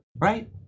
right